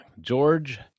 George